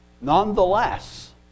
Nonetheless